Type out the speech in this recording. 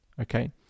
Okay